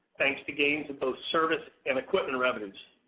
thanks to gains in both service and equipment revenues.